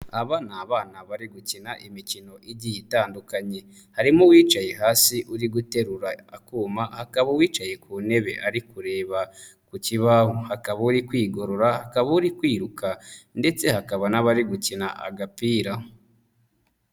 Aba ni abana bari gukina imikino igiye itandukanye, harimo uwicaye hasi uri guterura akuma, hakaba uwicaye ku ntebe ari kureba ku kibaho, hakaba uri kwigorora, hakaba uri kwiruka, ndetse hakaba n'abari gukina agapira.